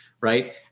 right